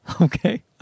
Okay